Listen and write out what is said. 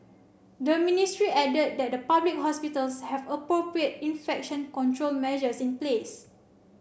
the ministry added that the public hospitals have appropriate infection control measures in place